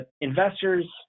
Investors